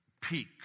peak